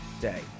day